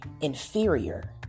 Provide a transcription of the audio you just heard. inferior